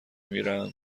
میرم